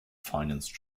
finance